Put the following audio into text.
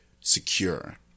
secure